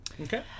Okay